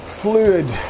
fluid